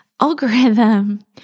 algorithm